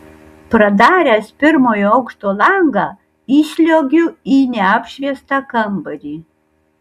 pradaręs pirmojo aukšto langą įsliuogiu į neapšviestą kambarį